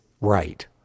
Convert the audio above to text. right